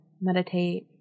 Meditate